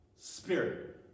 Spirit